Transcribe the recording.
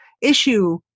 issue